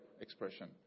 expression